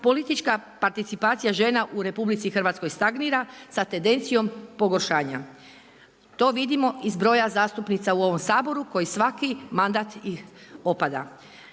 politička participacija žena u RH stagnira sa tendencijom pogoršanja. To vidimo iz broja zastupnica u ovom Saboru, koji svaki mandat opada.